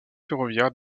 ferroviaire